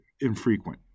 infrequent